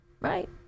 right